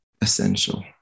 essential